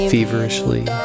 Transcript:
Feverishly